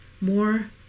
more